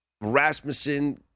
Rasmussen